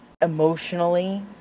emotionally